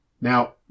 Now